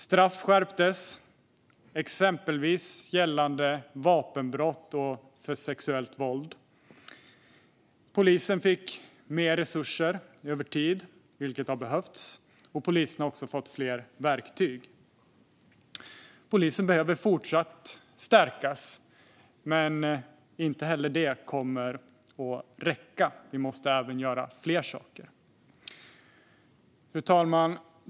Straff skärptes, exempelvis gällande vapenbrott och sexuellt våld. Polisen fick mer resurser, vilket har behövts. Polisen har också fått fler verktyg. Polisen behöver fortsatt stärkas, men inte heller det kommer att räcka. Vi måste göra fler saker. Fru talman!